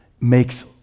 makes